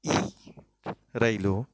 ಈ ರೈಲು